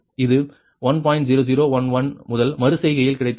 0011 முதல் மறு செய்கையில் கிடைத்தது